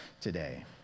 today